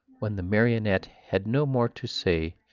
when the marionette had no more to say,